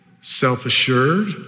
self-assured